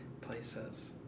places